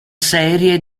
serie